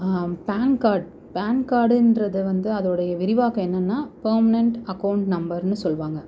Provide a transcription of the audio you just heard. pan card PAN கார்டுங்றது வந்து அதோனுடைய விரிவாக்கம் என்னென்னால் பெர்மனெண்ட் அக்கௌண்ட் நம்பர்ன்னு சொல்வாங்க